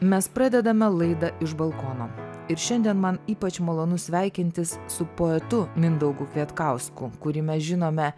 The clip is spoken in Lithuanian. mes pradedame laidą iš balkono ir šiandien man ypač malonu sveikintis su poetu mindaugu kvietkausku kurį mes žinome